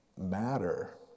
matter